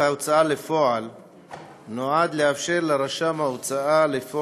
התשע"ז 2017, לקריאה ראשונה.